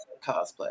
cosplay